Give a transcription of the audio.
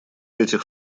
этих